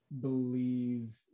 believe